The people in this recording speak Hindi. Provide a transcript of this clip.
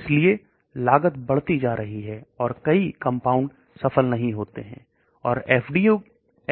इसलिए लागत बढ़ती जा रही है और कई कंपाउंड सफल नहीं होते हैं पर